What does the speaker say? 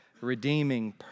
redeeming